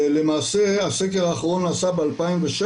למעשה, הסקר האחרון נעשה ב- 2016,